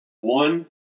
one